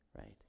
right